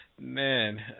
Man